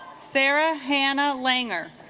sarah hannah langer